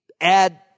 add